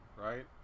right